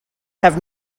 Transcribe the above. have